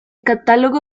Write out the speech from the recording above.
catálogo